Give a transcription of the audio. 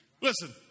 Listen